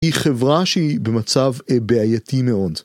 ‫היא חברה שהיא במצב בעייתי מאוד.